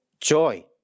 joy